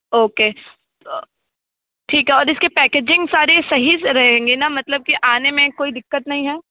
okay ठीक हैऔर इसके पैकेजिंग सारे सही रहेंगे ना मतलब की आने में कोई दिक्कत नहीं है